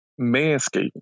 manscaping